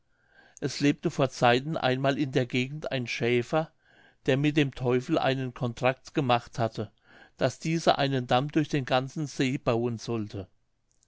es lebte vor zeiten einmal in der gegend ein schäfer der mit dem teufel einen contrakt gemacht hatte daß dieser einen damm durch den ganzen see bauen sollte